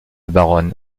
baronne